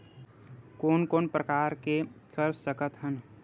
कोन कोन प्रकार के कर सकथ हन?